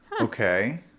Okay